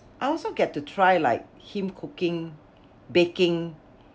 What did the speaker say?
I also get to try like him cooking baking